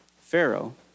Pharaoh